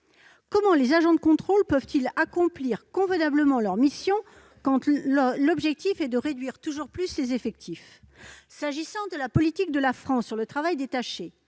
Comment les agents de contrôle pourraient-ils remplir convenablement leurs missions quand l'objectif est de réduire toujours plus les effectifs ? S'agissant de la politique de la France en matière de travail détaché,